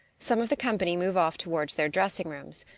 some of the company move off towards their dressing rooms.